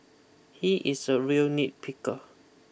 he is a real nitpicker